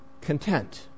content